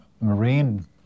marine